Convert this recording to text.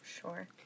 Sure